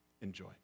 Enjoy